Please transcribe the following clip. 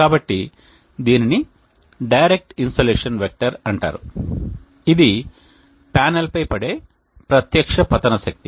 కాబట్టి దీనిని direct insolation vector అంటారు ఇది ప్యానెల్పై పడే ప్రత్యక్ష పతన శక్తి